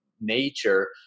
nature